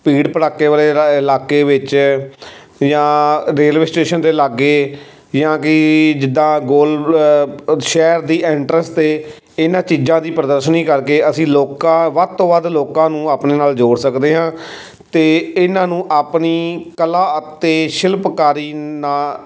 ਭੀੜ ਭੜਾਕੇ ਵਾਲੇ ਰਾ ਇਲਾਕੇ ਵਿੱਚ ਜਾਂ ਰੇਲਵੇ ਸਟੇਸ਼ਨ ਦੇ ਲਾਗੇ ਜਾਂ ਕਿ ਜਿੱਦਾਂ ਗੋਲ ਸ਼ਹਿਰ ਦੀ ਐਂਟਰਸ 'ਤੇ ਇਹਨਾਂ ਚੀਜ਼ਾਂ ਦੀ ਪ੍ਰਦਰਸ਼ਨੀ ਕਰਕੇ ਅਸੀਂ ਲੋਕਾਂ ਵੱਧ ਤੋਂ ਵੱਧ ਲੋਕਾਂ ਨੂੰ ਆਪਣੇ ਨਾਲ ਜੋੜ ਸਕਦੇ ਹਾਂ ਅਤੇ ਇਹਨਾਂ ਨੂੰ ਆਪਣੀ ਕਲਾ ਅਤੇ ਸ਼ਿਲਪਕਾਰੀ ਨਾ